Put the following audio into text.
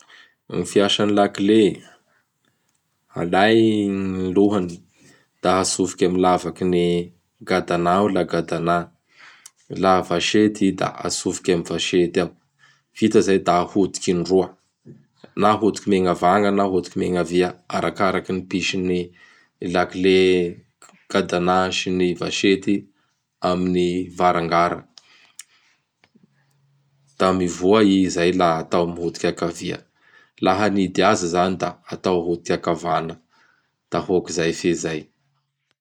Gny fiasan' gny la kle! Alay gny lohany; da atsofoky amin' gny lavaky gn ny gadana ao laha gadana. Laha vasety i da atsofiky amin'y vasety ao. Vita zay da ahodiky indroa; na ahodiky megnavagna na ahodiky megnavia, arakaraky ny mpisy gny la kle gadana sy gny vasety amin' gny varangara; da mivoa i izay laha atao miodiky ankavia. Laha hanidy azy izany da atao ahodiky anakavagna; da hôkizay fehizay.